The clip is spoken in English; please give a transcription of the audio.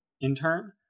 intern